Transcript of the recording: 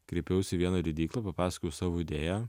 kreipiausi į vieną leidyklą papasakojau savo idėją